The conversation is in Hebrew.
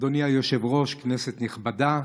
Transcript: אדוני היושב-ראש, כנסת נכבדה,